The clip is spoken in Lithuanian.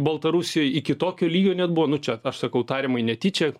baltarusijoj iki tokio lygio net buvo nu čia aš sakau tariamai netyčia